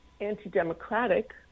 anti-democratic